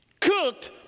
cooked